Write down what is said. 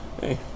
Hey